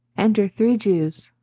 enter three jews.